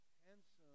handsome